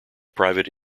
private